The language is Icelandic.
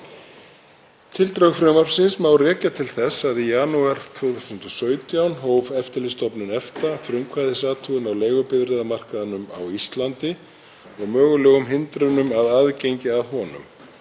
Tildrög frumvarpsins má rekja til þess að í janúar 2017 hóf Eftirlitsstofnun EFTA frumkvæðisathugun á leigubifreiðamarkaðnum á Íslandi og mögulegum hindrunum að aðgengi að honum.